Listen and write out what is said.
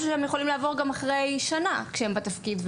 שהם יכולים לעבור גם אחרי שנה כשהם בתפקיד,